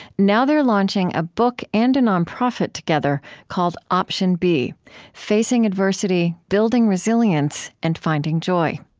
now they're launching a book and a non-profit together called option b facing adversity, building resilience, and finding joy